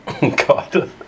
God